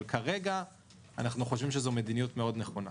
כרגע אנחנו חושבים שזו מדיניות נכונה מאוד.